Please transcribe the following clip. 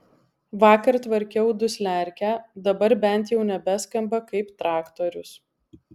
vakar tvarkiau dusliarkę dabar bent jau nebeskamba kaip traktorius